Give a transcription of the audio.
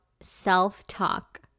self-talk